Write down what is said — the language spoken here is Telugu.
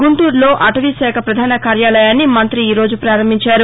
గుంటూరులో అటవీ శాఖ ప్రధాన కార్యాలయాన్ని మంతి ఈరోజు ప్రారంభించారు